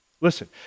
Listen